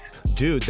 Dude